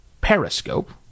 Periscope